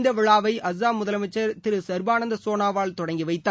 இந்தவிழாவை அஸ்ஸாம் முதலமைச்சர் திருசர்பானந்த் சோனாவால் தொடங்கிவைத்தார்